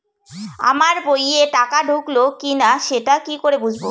আমার বইয়ে টাকা ঢুকলো কি না সেটা কি করে বুঝবো?